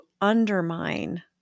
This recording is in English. undermine